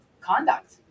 conduct